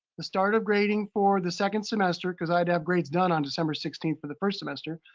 the start of grading for the second semester, because i'd have grades done on december sixteenth for the first semester,